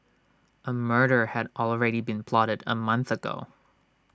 A murder had already been plotted A month ago